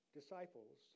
disciples